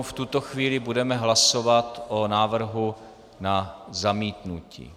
V tuto chvíli budeme hlasovat o návrhu na zamítnutí.